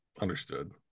Understood